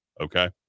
okay